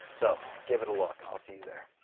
so give it a look, i'll see you there.